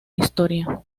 historia